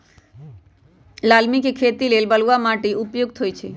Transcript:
लालमि के खेती लेल बलुआ माटि उपयुक्त होइ छइ